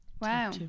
Wow